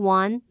one